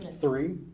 three